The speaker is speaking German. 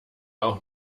auch